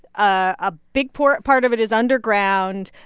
a big part part of it is underground.